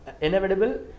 inevitable